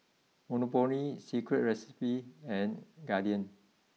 Monopoly Secret Recipe and Guardian